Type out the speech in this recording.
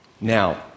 Now